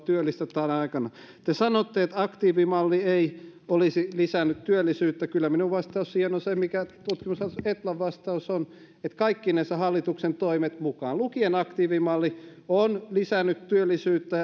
työllistä tänä aikana te sanotte että aktiivimalli ei olisi lisännyt työllisyyttä kyllä minun vastaukseni siihen on se mikä tutkimuslaitos etlan vastaus on että kaikkinensa hallituksen toimet mukaan lukien aktiivimalli ovat lisänneet työllisyyttä